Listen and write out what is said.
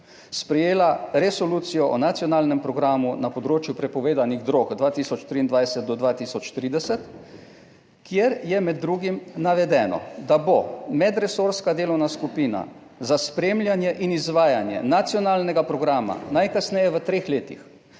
sprejela resolucijo o nacionalnem programu na področju prepovedanih drog 2023 do 2030, kjer je med drugim navedeno, da bo medresorska delovna skupina za spremljanje in izvajanje nacionalnega programa najkasneje v treh letih